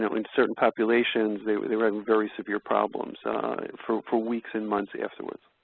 in certain populations, they were they were having very severe problems for for weeks and months afterwards.